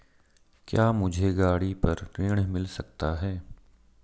क्या मुझे गाड़ी पर ऋण मिल सकता है?